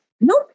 nope